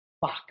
Fuck